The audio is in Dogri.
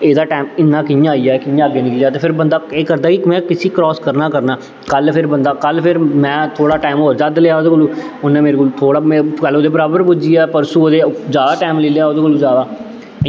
ते एह्दा टैम इन्ना कि'यां आई गेआ एह् कि'यां अग्गें निकली गेआ ते फिर बंदा एह् करदा कि में इस्सी क्रास करना गै करना कल्ल फिर बंदा कल्ल फिर में थोह्ड़ा टैम होर बद्ध लेआ ओह्दे कोलूं उ'न्नै मेरे कोलूं थोह्ड़ा में कल्ल ओह्दे बराबर पुज्जी गेआ परसों ओह्दे जैदा टैम लेई लेआ ओह्दे कोलूं जैदा